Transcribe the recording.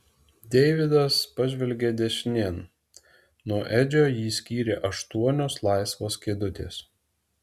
deividas pažvelgė dešinėn nuo edžio jį skyrė aštuonios laisvos kėdutės